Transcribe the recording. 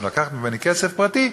שלוקחת ממני כסף פרטי,